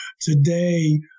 Today